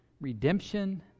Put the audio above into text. redemption